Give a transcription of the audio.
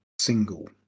Single